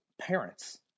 parents